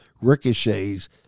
ricochets